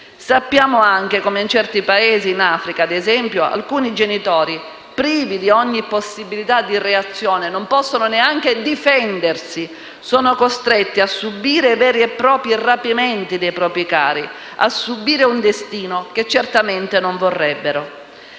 Sappiamo anche come in certi Paesi, in Africa ad esempio, alcuni genitori, privi di ogni possibilità di reazione (non possono neanche difendersi), sono costretti a subire veri e propri rapimenti dei propri cari, a subire un destino che certamente non vorrebbero.